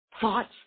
thoughts